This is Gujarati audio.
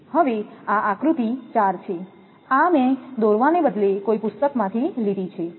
હવે આ આકૃતિ 4 છે આ મેં દોરવાને બદલે કોઈ પુસ્તકમાંથી લીધી છે